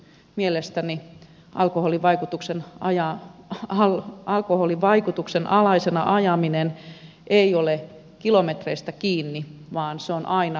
mielestäni alkoholin vaikutuksen alaisena ajaminen ei ole kilometreistä kiinni vaan se on aina rangaistava teko